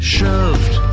Shoved